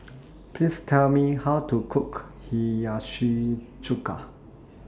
Please Tell Me How to Cook Hiyashi Chuka